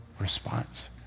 response